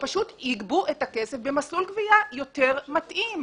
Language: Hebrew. שייגבו את הכסף במסלול גבייה יותר מתאים,